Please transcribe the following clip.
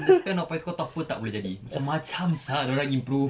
in the span of apa tak boleh jadi macam-macam sia dorang improve